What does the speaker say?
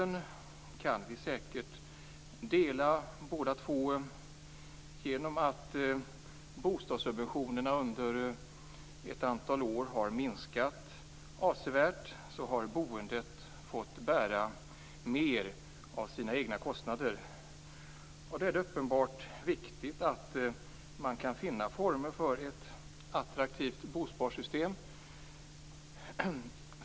Vi kan säkert instämma i bakgrunden båda två. Bostadssubventionerna har under ett antal år minskat avsevärt. Boendet har fått bära mera av sina egna kostnader. Det är angeläget att finna former för ett attraktivt bosparsystem.